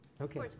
Okay